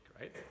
right